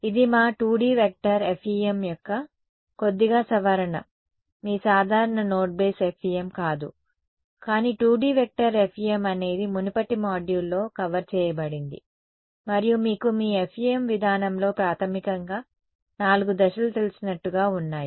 కాబట్టి ఇది మా 2D వెక్టార్ FEM యొక్క కొద్దిగా సవరణ మీ సాధారణ నోట్ బేస్ FEM కాదు కానీ 2D వెక్టార్ FEM అనేది మునుపటి మాడ్యూల్లో కవర్ చేయబడింది మరియు మీకు మీ FEM విధానంలో ప్రాథమికంగా నాలుగు దశలు తెలిసినట్లుగా ఉన్నాయి